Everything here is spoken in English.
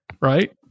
right